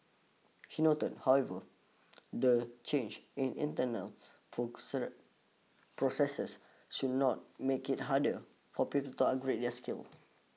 he noted however the changes in internal processes should not make it harder for people to upgrade their skills